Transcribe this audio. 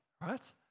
right